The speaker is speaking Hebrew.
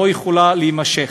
שלא יכולה להימשך.